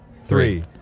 three